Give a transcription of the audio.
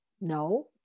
no